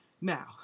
Now